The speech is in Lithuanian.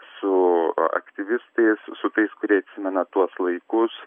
su a aktyvistais su tais kurie atsimena tuos laikus